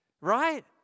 right